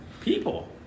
People